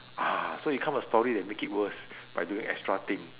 ah so you come a story that make it worse by doing extra thing